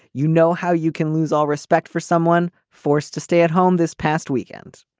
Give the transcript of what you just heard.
you know how you can lose all respect for someone forced to stay at home this past weekend.